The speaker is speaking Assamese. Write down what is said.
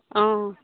অঁ